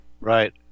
Right